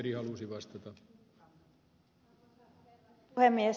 arvoisa herra puhemies